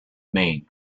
maine